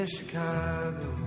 Chicago